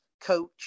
coach